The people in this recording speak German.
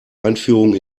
einführung